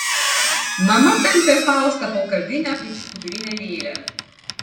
mama tampė faustą po kavinę kaip skudurinę lėlę